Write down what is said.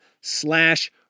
slash